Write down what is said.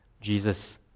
Jesus